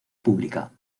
pública